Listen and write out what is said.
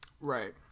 Right